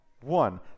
one